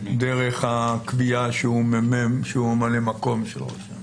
דרך הקביעה שהוא ממלא מקום של ראש הממשלה.